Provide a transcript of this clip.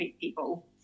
people